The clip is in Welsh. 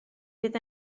fydd